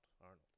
Arnold